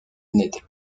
n’était